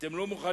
אתם לא מוכנים,